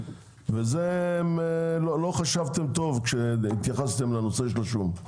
ולא חשבתם על זה טוב כשהתייחסתם לנושא של השום.